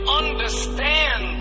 understand